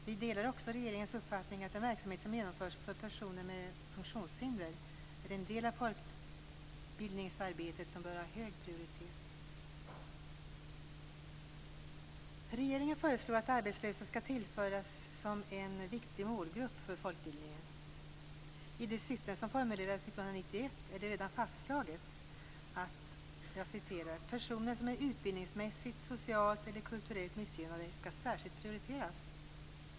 Vi delar också regeringens uppfattning att den verksamhet som genomförs för personer med funktionshinder är en del av folkbildningsarbetet som bör ha hög prioritet. Regeringen föreslår att arbetslösa skall tillföras som en viktig målgrupp för folkbildningen. I de syften som formulerades 1991 är det redan fastslaget att: "Personer som är utbildningsmässigt, socialt eller kulturellt missgynnade skall särskilt prioriteras.